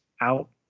out